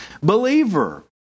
Believer